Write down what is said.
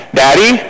daddy